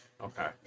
Okay